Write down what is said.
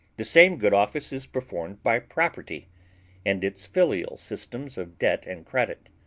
the same good office is performed by property and its filial systems of debt and credit.